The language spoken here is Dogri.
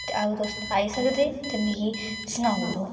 ते अगर तुस आई सकदे ते मिगी सनाई ओड़ो